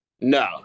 no